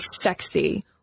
sexy